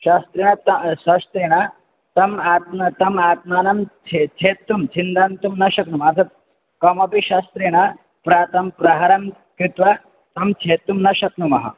शास्त्रार्थं शस्त्रेण तम् आत्मानं तम् आत्मानं छेत्तुं छेत्तुं छिन्दन्ति न शक्नुमः तत् कमपि शस्त्रेण प्रहरणं प्रहरणं कृत्वा तं छेत्तुं न शक्नुमः